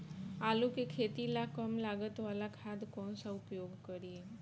आलू के खेती ला कम लागत वाला खाद कौन सा उपयोग करी?